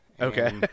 Okay